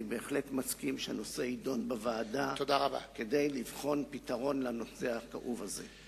אני בהחלט מסכים שהנושא יידון בוועדה כדי לבחון פתרון לנושא הכאוב הזה.